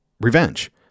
revenge